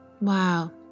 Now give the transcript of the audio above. Wow